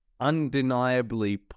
undeniably